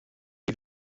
die